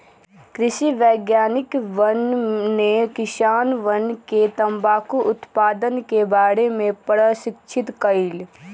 कृषि वैज्ञानिकवन ने किसानवन के तंबाकू उत्पादन के बारे में प्रशिक्षित कइल